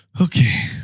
Okay